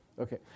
okay